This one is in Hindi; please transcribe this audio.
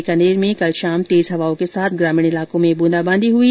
बीकानेर में कल शाम तेज हवाओं के साथ ग्रामीण इलाकों में ब्रंदाबांदी हुई